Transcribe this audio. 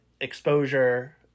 exposure